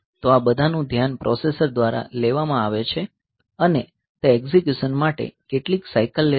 તો આ બધાનું ધ્યાન પ્રોસેસર દ્વારા લેવામાં આવે છે અને તે એકઝીક્યુશન માટે કેટલી સાઇકલ લેશે